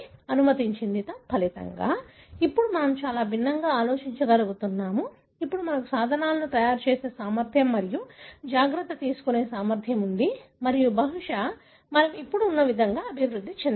తత్ఫలితంగా ఇప్పుడు మనం చాలా భిన్నంగా ఆలోచించగలుగుతున్నాము ఇప్పుడు మనకు సాధనాలను తయారుచేసే సామర్థ్యం మరియు జాగ్రత్త తీసుకునే సామర్థ్యం ఉంది మరియు బహుశా మనం ఇప్పుడు ఉన్న విధంగానే అభివృద్ధి చెందాము